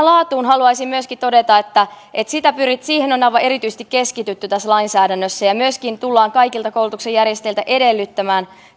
laatuun haluaisin myöskin todeta että että siihen on aivan erityisesti keskitytty tässä lainsäädännössä ja myöskin tullaan kaikilta koulutuksen järjestäjiltä edellyttämään